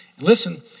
Listen